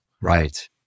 Right